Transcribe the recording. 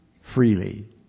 freely